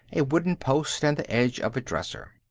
a wooden post and the edge of a dresser.